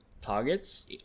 targets